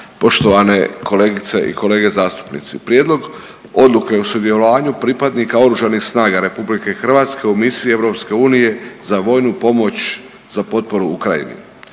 poštovane kolegice i kolege zastupnici, Prijedlog Odluke o sudjelovanju pripadnika Oružanih snaga RH u misiji EU za vojnu pomoć za potporu Ukrajini,